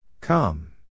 Come